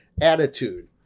attitude